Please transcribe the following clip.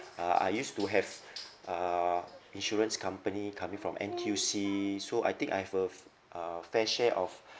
uh I used to have uh insurance company coming from N_T_U_C so I think I have a f~ uh fair share of